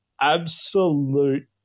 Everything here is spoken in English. absolute